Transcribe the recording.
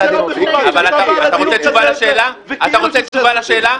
אבל זה לא מכובד שאתה בא לדיון --- אתה רוצה תשובה לשאלה?